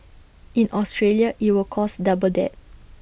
in Australia IT would cost double that